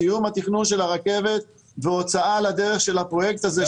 סיום התכנון של הרכבת והוצאה לדרך של הפרויקט הזה,